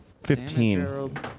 Fifteen